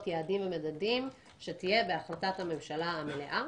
יעדים ומדדים שתהיה בהחלטת הממשלה המלאה,